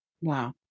Wow